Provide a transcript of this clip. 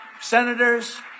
senators